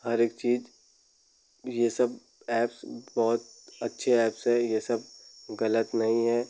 हरेक चीज ये सब एप्स बहुत अच्छे एप्स है ये सब गलत नहीं है